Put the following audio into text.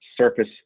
Surface